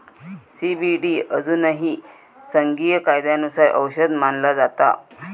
CBD अजूनही संघीय कायद्यानुसार औषध मानला जाता